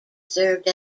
served